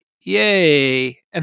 Yay